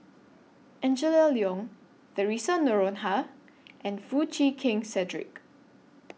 Angela Liong Theresa Noronha and Foo Chee Keng Cedric